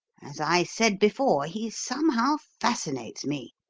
as i said before, he somehow fascinates me.